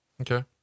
Okay